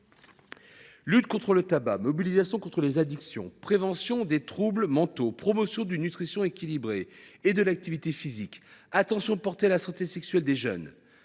Lutte contre le tabac, mobilisation contre les addictions, prévention des troubles mentaux, promotion d’une nutrition équilibrée et de l’activité physique, attention portée à la santé sexuelle des jeunes